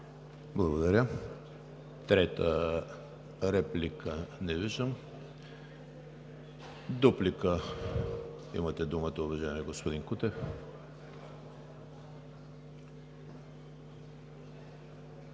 Благодаря Ви. Трета реплика? Не виждам. Дуплика – имате думата, уважаеми господин Кутев.